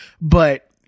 but-